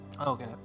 Okay